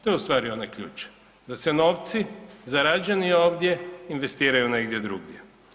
To je u stvari onaj ključ, da se novci zaređeni ovdje investiraju negdje drugdje.